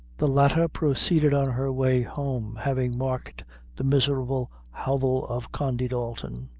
the latter proceeded on her way home, having marked the miserable hovel of condy dalton.